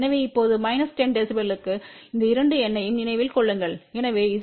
எனவே இப்போது minus 10 dB க்கு இந்த இரண்டு எண்ணையும் நினைவில் கொள்ளுங்கள் எனவே Z0e69